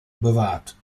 bewahrt